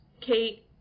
Kate